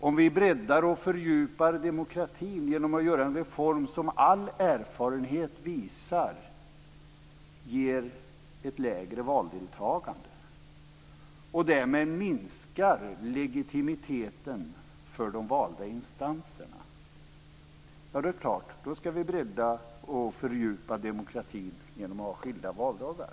Om det breddar och fördjupar demokratin med en reform som all erfarenhet visar ger ett lägre valdeltagandet och därmed minskar legitimiteten är det klart att vi ska bredda och fördjupa demokratin genom att ha skilda valdagar.